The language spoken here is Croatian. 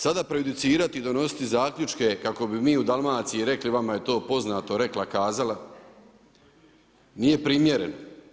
Sada producirati, donositi zaključke, kako bi mi u Dalmaciji rekli, vama je to poznati, rekla, kazala, nije primjereno.